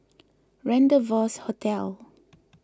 Rendezvous Hotel